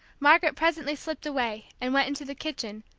margaret presently slipped away, and went into the kitchen,